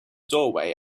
doorway